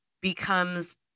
becomes